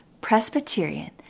Presbyterian